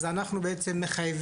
אז אנחנו בעצם,